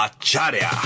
Acharya